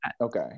Okay